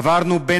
עברנו בין